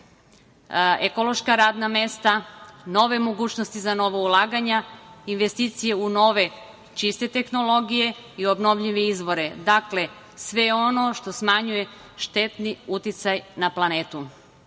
ekološka radna mesta, nove mogućnosti za nova ulaganja, investicije u nove čiste tehnologije i obnovljive izvore. Dakle, sve ono što smanjuje štetni uticaj na planetu. Ovo